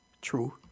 true